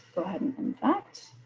go ahead and in fact